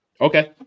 okay